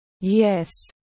Yes